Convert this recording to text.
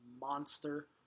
monster